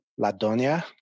Ladonia